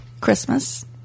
Christmas